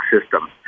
system